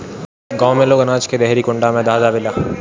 गांव में लोग अनाज के देहरी कुंडा में ध देवेला